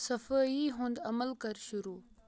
صفٲیی ہُنٛد عمل کَر شروٗع